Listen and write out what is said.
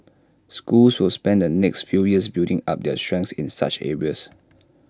schools will spend the next few years building up their strengths in such areas